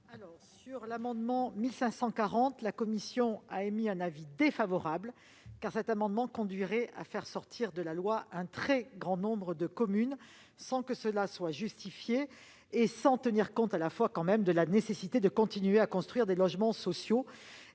de l'amendement n° 1540 rectifié, la commission a émis un avis défavorable, car son adoption conduirait à faire sortir de la loi un très grand nombre de communes, sans que cela soit justifié et sans tenir compte de la nécessité de continuer à construire des logements sociaux